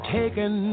taken